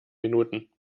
minuten